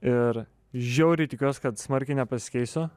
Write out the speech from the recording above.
ir žiauriai tikiuos kad smarkiai nepasikeisiu